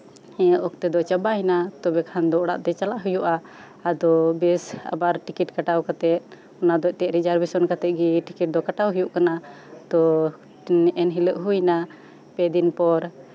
ᱱᱤᱭᱟᱹ ᱚᱠᱛᱮ ᱫᱚ ᱪᱟᱵᱟᱭᱮᱱᱟ ᱛᱟᱨᱯᱚᱨᱮ ᱠᱷᱟᱱ ᱫᱚ ᱚᱲᱟᱜ ᱛᱮ ᱪᱟᱞᱟᱜ ᱦᱩᱭᱩᱜᱼᱟ ᱛᱟᱨᱯᱚᱨᱮ ᱵᱮᱥ ᱴᱤᱠᱤᱴ ᱠᱟᱴᱟᱣ ᱠᱟᱛᱮᱜ ᱚᱱᱟ ᱫᱚ ᱮᱱᱛᱮᱜ ᱨᱤᱡᱟᱨᱵᱷᱮᱥᱚᱱ ᱠᱟᱛᱮ ᱜᱮ ᱴᱤᱠᱤᱴ ᱫᱚ ᱠᱟᱴᱥᱟᱣ ᱦᱩᱭᱩᱜ ᱠᱟᱱᱟ ᱛᱳ ᱮᱱᱦᱤᱞᱳᱜ ᱦᱩᱭ ᱱᱟ ᱯᱮ ᱫᱤᱱ ᱯᱚᱨ